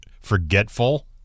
forgetful